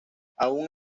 aún